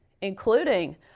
including